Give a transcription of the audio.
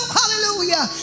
hallelujah